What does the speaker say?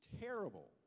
terrible